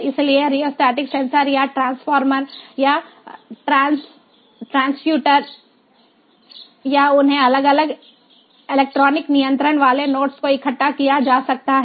इसलिए rheostatic sensor या transformer या ट्रांसड्यूसर या उन्हें अलग अलग इलेक्ट्रॉनिक नियंत्रण वाले नोड्स को इकट्ठा किया जा सकता है